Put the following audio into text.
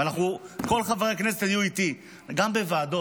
וכל חברי הכנסת היו איתי גם בוועדות.